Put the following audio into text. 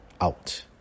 out